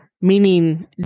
meaning